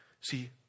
See